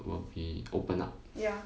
will be open up